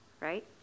right